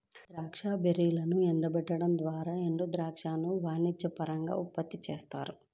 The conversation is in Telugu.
ద్రాక్ష బెర్రీలను ఎండబెట్టడం ద్వారా ఎండుద్రాక్షను వాణిజ్యపరంగా ఉత్పత్తి చేస్తారు